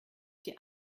die